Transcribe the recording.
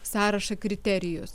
sąrašą kriterijus